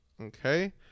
Okay